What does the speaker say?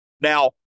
Now